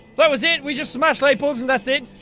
that was it? we just smash light bulbs and that's it?